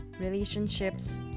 relationships